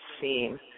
scene